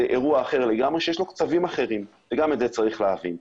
זה אירוע אחר לגמרי שיש לו קצבים אחרים וגם את זה צריך להבין.